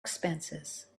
expenses